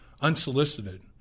unsolicited